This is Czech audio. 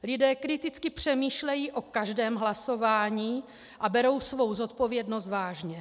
Lidé kriticky přemýšlejí o každém hlasování a berou svou zodpovědnost vážně.